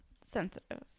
Sensitive